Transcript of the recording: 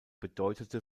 bedeutete